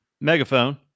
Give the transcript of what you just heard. megaphone